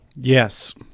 Yes